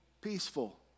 peaceful